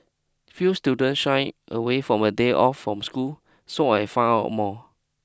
few students shy away from a day off from school so I found out more